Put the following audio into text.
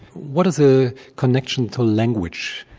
what is the connection to language?